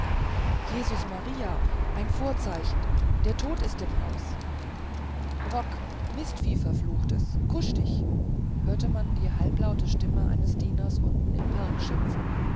jesus maria ein vorzeichen der tod ist im haus brock mistvieh verflucht's kusch dich hörte man die halblaute stimme eines dieners unten im park schimpfen